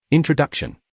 Introduction